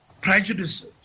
prejudices